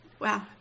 Wow